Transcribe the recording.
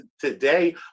today